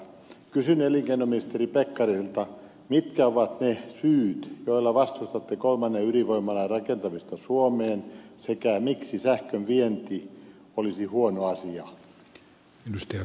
kysyn elinkeinoministeri pekkariselta mitkä ovat ne syyt joilla vastustatte kolmen ydinvoimalan rakentamista suomeen sekä miksi sähkönvienti olisi huono asia